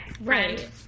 Right